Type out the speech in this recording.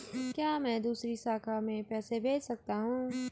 क्या मैं दूसरी शाखा में पैसे भेज सकता हूँ?